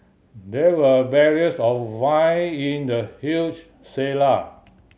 there were barrels of wine in the huge cellar